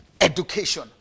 Education